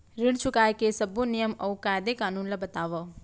ऋण चुकाए के सब्बो नियम अऊ कायदे कानून ला बतावव